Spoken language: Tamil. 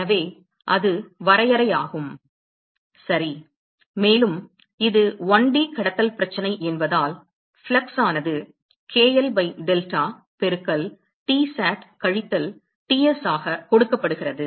எனவே அது வரையறையாகும் சரி மேலும் இது 1D கடத்தல் பிரச்சனை என்பதால் ஃப்ளக்ஸ் ஆனது k l பை டெல்டா பெருக்கல் Tsat கழித்தல் Ts ஆக கொடுக்கப்படுகிறது